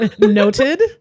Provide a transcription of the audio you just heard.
noted